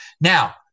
Now